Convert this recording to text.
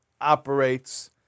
operates